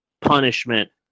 punishment